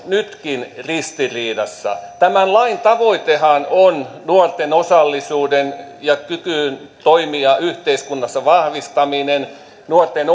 nytkin ristiriidassa tämän lain tavoitehan on nuorten osallisuuden ja kyvyn toimia yhteiskunnassa vahvistaminen nuorten